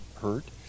hurt